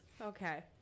okay